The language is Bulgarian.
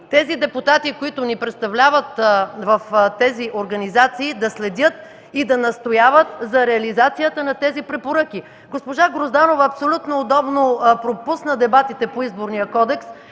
мисии, депутатите, които ни представляват в тези организации, да следят и да настояват за реализацията на тези препоръки. Госпожа Грозданова абсолютно удобно пропусна дебатите по Изборния кодекс.